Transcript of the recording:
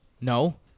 No